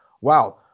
Wow